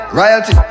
royalty